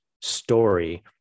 story